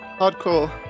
Hardcore